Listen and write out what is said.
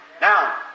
Now